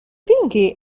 pinky